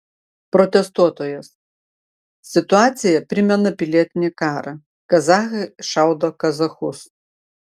protestuotojas situacija primena pilietinį karą kazachai šaudo kazachus